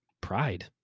pride